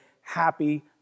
happy